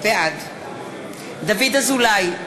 בעד דוד אזולאי,